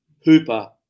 hooper